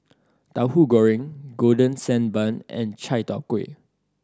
Tahu Goreng Golden Sand Bun and Chai Tow Kuay